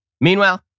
Meanwhile